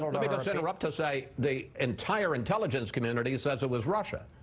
let me just interrupt to say, the entire intelligence community says it was russia.